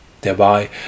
thereby